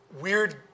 weird